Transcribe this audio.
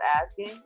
asking